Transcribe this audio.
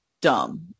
dumb